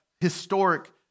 historic